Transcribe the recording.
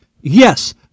yes